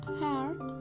heart